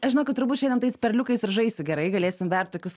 aš žinau kad turbūt šiandien tais perliukais ir žaisiu gerai galėsim vert tokius